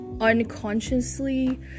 unconsciously